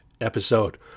Episode